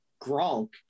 Gronk